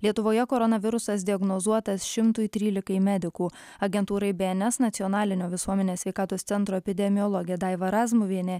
lietuvoje koronavirusas diagnozuotas šimtui trylikai medikų agentūrai bns nacionalinio visuomenės sveikatos centro epidemiologė daiva razmuvienė